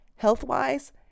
Health-wise